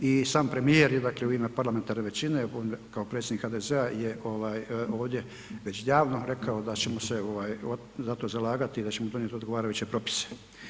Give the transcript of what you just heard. I sam premijer je dakle u ime parlamentarne većine kao predsjednik HDZ-a je ovdje već davno rekao da ćemo se za to zalagati i da ćemo donijeti odgovarajuće propise.